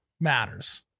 matters